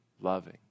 loving